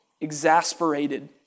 Exasperated